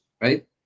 right